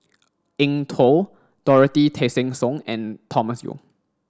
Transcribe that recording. Eng Tow Dorothy Tessensohn and Thomas Yeo